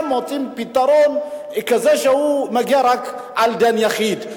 ועכשיו מוצאים פתרון כזה שמגיע רק על דן יחיד?